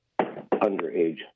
underage